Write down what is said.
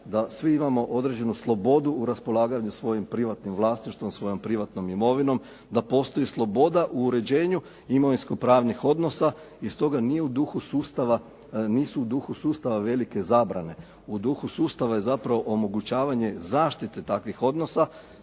da svi imamo određenu slobodu u raspolaganju svojim privatnim vlasništvom, svojom privatnom imovinom, da postoji sloboda u uređenju imovinsko pravnih odnosa i stoga nije u duha sustava velike zabrane. U duhu sustava je zapravo omogućavanje zaštite takvih odnosa